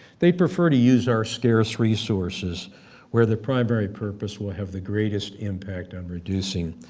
they'd prefer to use our scarce resources where their primary purpose would have the greatest impact on reducing